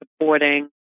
supporting